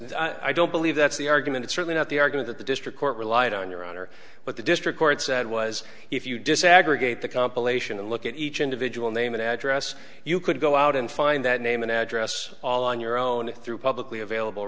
argument i don't believe that's the argument it's certainly not the arguing that the district court relied on your honor but the district court said was if you disaggregate the compilation and look at each individual name and address you could go out and find that name and address all on your own through publicly available